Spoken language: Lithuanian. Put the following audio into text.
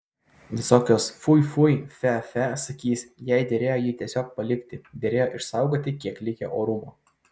visokios fui fui fe fe sakys jai derėjo jį tiesiog palikti derėjo išsaugoti kiek likę orumo